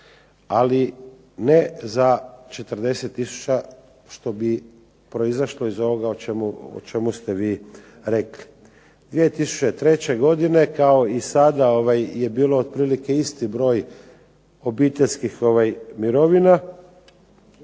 ali ne za 40000 što bi proizašlo iz ovoga o čemu ste vi rekli. 2003. godine kao i sada je bilo otprilike isti broj obiteljskih mirovina